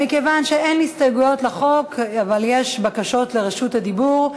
מכיוון שאין הסתייגויות לחוק אבל יש בקשות לרשות דיבור,